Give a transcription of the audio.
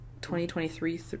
2023